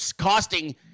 costing